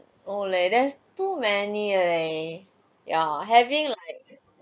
oh leh there's too many eh ya having like